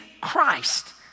Christ